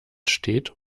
steht